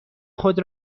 خود